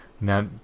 Now